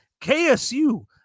ksu